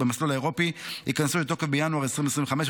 במסלול האירופי ייכנסו לתוקף בינואר 2025,